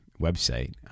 website